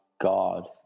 God